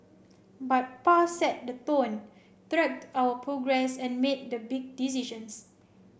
but Pa set the tone tracked our progress and made the big decisions